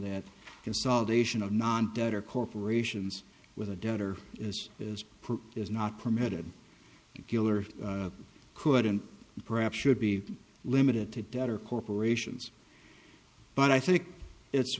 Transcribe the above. that consolidation of non debtor corporations with a debtor is is proof is not permitted killer could and perhaps should be limited to debtor corporations but i think it's